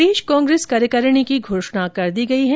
प्रदेश कांग्रेस कार्यकारिणी की घोषणा कर दी गई है